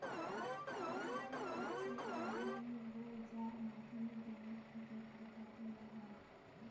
pass book হচ্ছে এক ধরনের বই যার মাধ্যমে ব্যাঙ্ক থেকে টাকা তোলা হয়